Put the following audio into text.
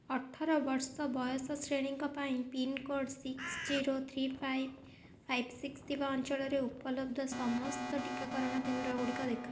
ଅଠର ବର୍ଷ ବୟସ ଶ୍ରେଣୀଙ୍କ ପାଇଁ pincode six zero three five five six ଥିବା ଅଞ୍ଚଳରେ ଉପଲବ୍ଧ ସମସ୍ତ ଟିକାକରଣ କେନ୍ଦ୍ରଗୁଡ଼ିକ ଦେଖାଅ